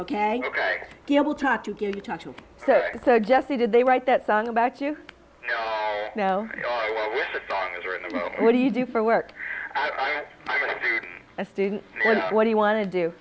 talk to get to talk to so so jesse did they write that song about you know what do you do for work a student what do you want to do